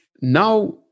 Now